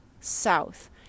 south